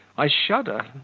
i shudder,